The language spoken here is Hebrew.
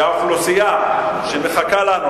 שהאוכלוסייה שמחכה לנו,